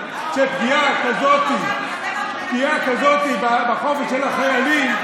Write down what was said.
שהשתכנענו שפגיעה כזאת בחופש של החיילים,